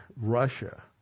Russia